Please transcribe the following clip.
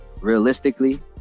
Realistically